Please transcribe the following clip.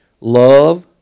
Love